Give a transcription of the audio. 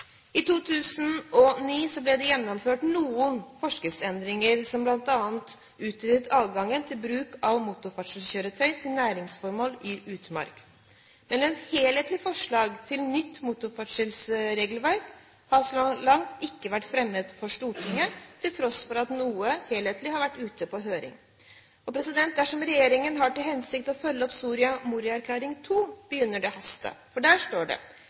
I 2009 ble det gjennomført noen forskriftsendringer som bl.a. utvidet adgangen til bruk av motorkjøretøy til næringsformål i utmark. Men et helhetlig forslag til nytt motorferdselregelverk har så langt ikke vært fremmet for Stortinget, til tross for at noe har vært ute på høring. Dersom regjeringen har til hensikt å følge opp Soria Moria II-erklæringen, begynner det å haste, for der står det: